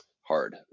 hard